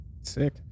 Sick